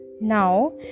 now